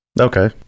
okay